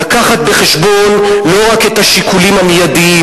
להביא בחשבון לא רק את השיקולים המיידיים,